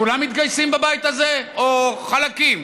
כולם מתגייסים בבית הזה, או חלקים?